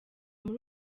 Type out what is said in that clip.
muri